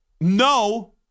No